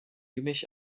gemisch